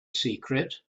secret